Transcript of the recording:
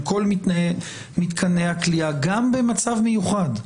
על כל מתקני הכליאה, גם במצב מיוחד.